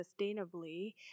sustainably